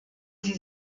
sie